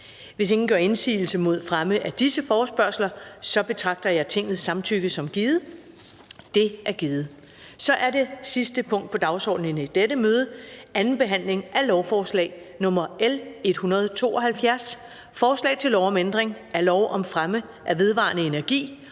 Hvis ingen gør indsigelse mod fremme af disse forespørgsler, betragter jeg Tingets samtykke som givet. Det er givet. --- Det sidste punkt på dagsordenen er: 3) 2. behandling af lovforslag nr. L 172: Forslag til lov om ændring af lov om fremme af vedvarende energi